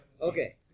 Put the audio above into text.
Okay